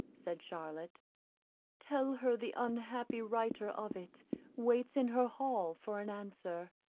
said charlotte tell her the unhappy writer of it waits in her hall for an answer.